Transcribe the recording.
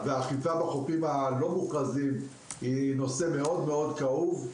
האכיפה בחופים הלא מוכרזים היא נושא מאוד-מאוד כאוב,